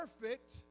perfect